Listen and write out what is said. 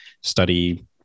study